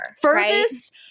Furthest